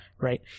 Right